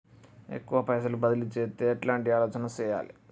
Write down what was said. ఎక్కువ పైసలు బదిలీ చేత్తే ఎట్లాంటి ఆలోచన సేయాలి?